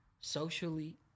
socially